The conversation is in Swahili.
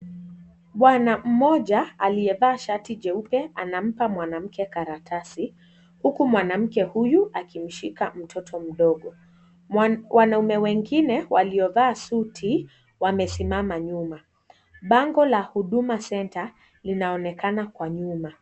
Bwana mmoja aliyevaa shati jeupe anampa mwanamke karatasi huku mwanamke huyu akimshika mtoto mdogo. Wanaume wengine waliovaa suti wamesimama nyuma. Bango la Huduma Center linaonekana kwa nyuma.